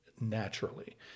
naturally